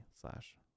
slash